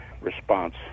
response